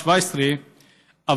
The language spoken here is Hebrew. ב-2017,